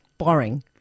Boring